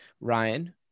Ryan